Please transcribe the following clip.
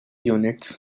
units